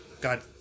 god